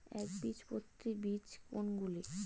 একবীজপত্রী বীজ কোন গুলি?